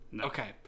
Okay